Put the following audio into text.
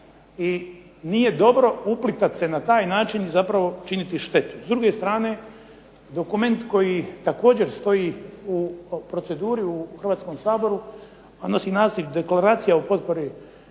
I nije dobro uplitati se na taj način i zapravo činiti štetu. S druge strane, dokument koji također stoji u proceduri u Hrvatskom saboru, a nosi naziv Deklaracija o potpori